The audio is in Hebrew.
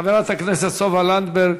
חברת הכנסת סופה לנדבר,